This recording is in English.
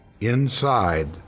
inside